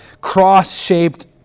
cross-shaped